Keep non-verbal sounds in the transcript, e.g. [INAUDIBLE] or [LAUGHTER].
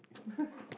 [LAUGHS]